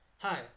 Hi